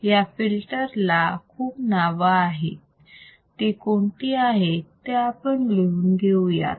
या फिल्टर ला खूप नाव आहेत ती कोणती आहेत ते आपण लिहून घेऊयात